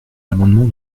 l’amendement